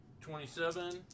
Twenty-seven